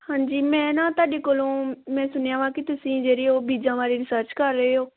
ਹਾਂਜੀ ਮੈਂ ਨਾ ਤੁਹਾਡੇ ਕੋਲੋਂ ਮੈਂ ਸੁਣਿਆ ਵਾ ਕਿ ਤੁਸੀਂ ਜਿਹੜੀ ਉਹ ਬੀਜਾਂ ਬਾਰੇ ਰਿਸਰਚ ਕਰ ਰਹੇ ਹੋ